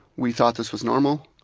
we thought this was normal.